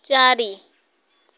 ଚାରି